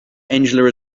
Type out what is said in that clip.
angela